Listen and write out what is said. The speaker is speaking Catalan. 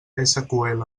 mysql